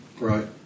Right